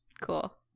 cool